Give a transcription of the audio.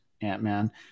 Ant-Man